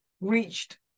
reached